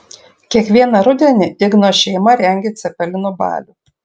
kiekvieną rudenį igno šeima rengia cepelinų balių